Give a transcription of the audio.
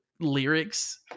lyrics